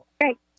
great